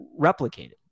replicated